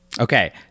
Okay